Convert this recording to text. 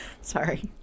sorry